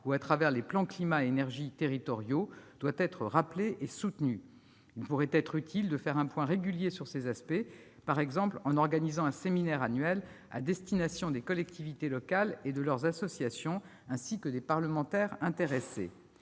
ou les plans climat-air-énergie territoriaux, doit être rappelé et soutenu. Il pourrait être utile de faire un point régulier sur ces aspects, par exemple en organisant un séminaire annuel à destination des collectivités locales et de leurs associations, ainsi que des parlementaires intéressés.